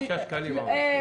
בשישה שקלים עמלה.